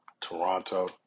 Toronto